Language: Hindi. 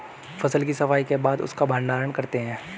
फसल की सफाई के बाद उसका भण्डारण करते हैं